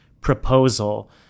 proposal